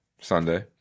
sunday